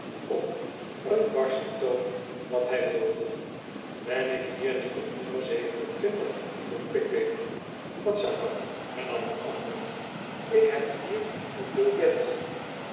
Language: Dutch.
op een barschen toon wat hij wilde ben ik hier niet op nummer zeven en twintig vroeg pickwick wat zou dat hernam de ander ik neb hier een biljet